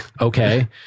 okay